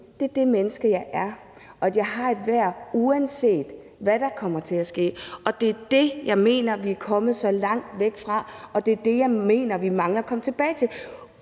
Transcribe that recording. for det menneske, jeg er, og at jeg har et værd, uanset hvad der kommer til at ske. Det er det, jeg mener vi er kommet så langt væk fra, og det er det, jeg mener vi mangler at komme tilbage til.